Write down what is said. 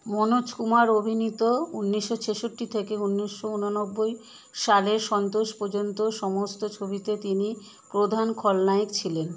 মনোজ কুমার অভিনীত উনিশশো ছেষট্টি থেকে উনিশশো ঊননব্বই সালের সন্তোষ পর্যন্ত সমস্ত ছবিতে তিনি প্রধান খলনায়ক ছিলেন